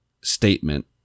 statement